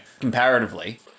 comparatively